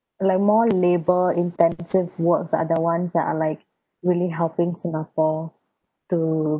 like more labour intensive works are the ones that are like really helping singapore to